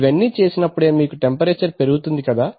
ఇవన్నీ చేసినప్పుడే మీకు టెంపరేచర్ పెరుగుతుంది కదా